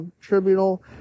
Tribunal